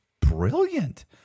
brilliant